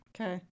Okay